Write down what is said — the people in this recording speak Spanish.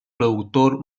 productor